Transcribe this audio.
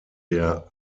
der